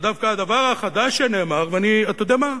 דווקא הדבר החדש שנאמר, אתה יודע מה?